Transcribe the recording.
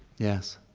yes.